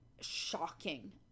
shocking